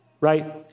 right